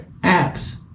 apps